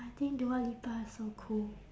I think dua lipa is so cool